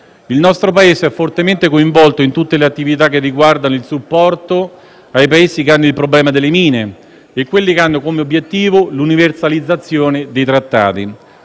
Il nostro Paese è fortemente coinvolto in tutte le attività che riguardano il supporto ai Paesi che hanno il problema delle mine e quelle che hanno come obiettivo l'universalizzazione dei trattati.